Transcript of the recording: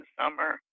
summer